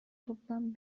toplam